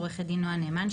עו"ד נועה נאמן,